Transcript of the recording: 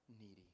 needy